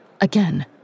Again